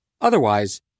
Otherwise